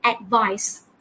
Advice